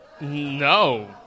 No